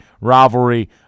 rivalry